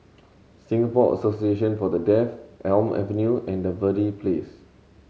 Singapore Association For The Deaf Elm Avenue and Verde Place